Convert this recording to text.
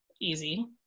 easy